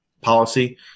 policy